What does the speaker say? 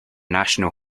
national